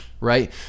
right